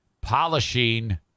polishing